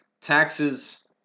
taxes